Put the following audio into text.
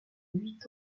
huit